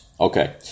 Okay